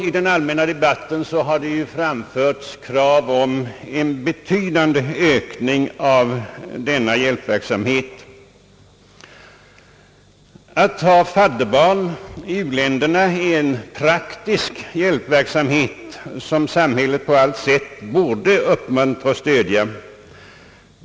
I den allmänna debatten har framförts krav om en betydande ökning av denna hjälpverksamhet. Att ha fadderbarn i u-länder är en praktisk hjälpverksamhet, som samhället på allt sätt borde uppmuntra och stödja.